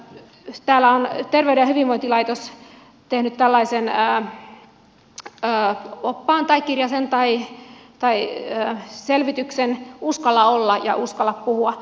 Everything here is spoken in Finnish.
täällä on terveyden ja hyvinvoinnin laitos tehnyt tällaisen oppaan tai kirjasen tai selvityksen uskalla olla ja uskalla puhua